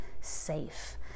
safe